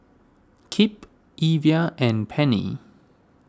Kipp Evia and Penny